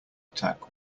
attack